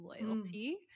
loyalty